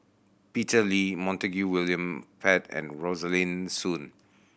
Peter Lee Montague William Pett and Rosaline Soon